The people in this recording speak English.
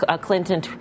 Clinton